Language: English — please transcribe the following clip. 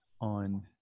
on